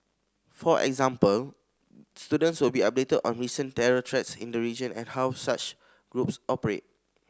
for example students will be updated on recent terror threats in the region and how such groups operate